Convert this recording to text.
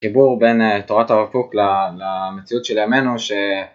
החיבור בין תורת הרב קוק למציאות של ימינו